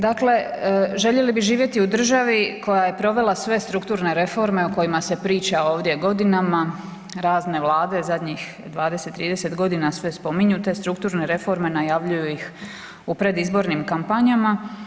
Dakle, željeli bi živjeti u državi koja je provela sve strukturne reforme o kojima se priča ovdje godinama, razne vlade zadnjih 20-30.g. sve spominju te strukturne reforme, najavljuju ih u predizbornim kampanjama.